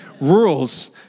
Rules